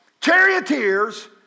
charioteers